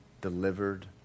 delivered